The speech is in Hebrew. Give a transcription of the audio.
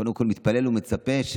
קודם כול מתפלל ומצפה,